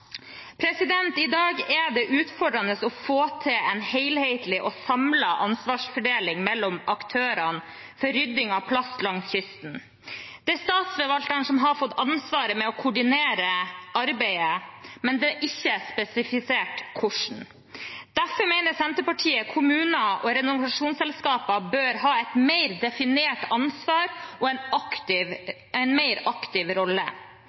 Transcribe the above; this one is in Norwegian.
I dag er det utfordrende å få til en helhetlig og samlet ansvarsfordeling mellom aktørene for rydding av plast langs kysten. Det er statsforvalterne som har fått ansvaret for å koordinere arbeidet, men det er ikke spesifisert hvordan. Derfor mener Senterpartiet at kommuner og renovasjonsselskaper bør ha et mer definert ansvar og en mer aktiv rolle.